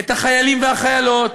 את החיילים והחיילות,